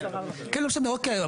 לא משנה, אוקיי.